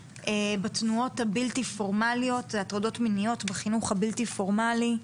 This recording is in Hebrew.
בתנועות הבלתי פורמליות הטרדות מיניות בחינוך הבלתי פורמלי.